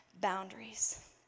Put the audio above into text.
boundaries